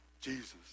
Jesus